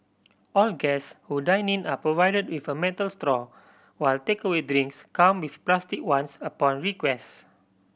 all guests who dine in are provided with a metal straw while takeaway drinks come with plastic ones upon request